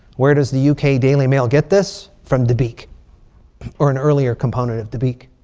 where does the uk daily mail get this? from dabiq or an earlier component of dabiq.